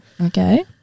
Okay